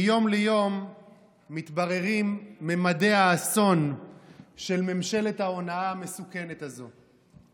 מיום ליום מתבררים ממדי האסון של ממשלת ההונאה המסוכנת הזאת,